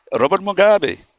robert mugabe,